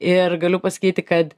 ir galiu pasakyti kad